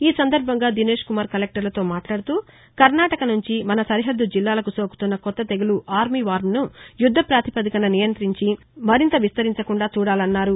ఈ సందర్బంగా దినేష్కుమార్ కల్లెక్టర్లతో మాట్లాడుతూ కర్ణాటక నుంచి మన సరిహద్దు జిల్లాలకు సోకుతున్న కొత్త తెగులు ఆర్మీవార్ట్ ను యుద్ద పాతిపదికన నియంతించి మరింతగా విస్తరించగా చూడాలన్నారు